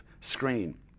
screen